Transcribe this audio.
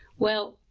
well,